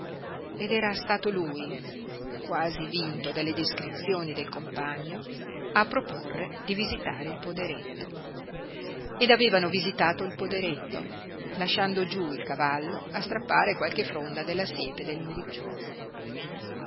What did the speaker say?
ed era stato lui quasi vinto dalle descrizioni del compagno a proporre di visitare il poderetto ed avevano visitato il poderetto lasciando giú il cavallo a strappare qualche fronda della siepe del muricciolo